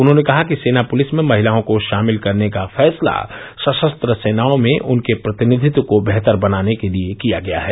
उन्होंने कहा कि सेना प्लिस में महिलाओं को शामिल करने का फैसला सशस्त्र सेनाओं में उनके प्रतिनिधित्व को बेहतर बनाने के लिए किया गया है